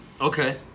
okay